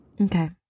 Okay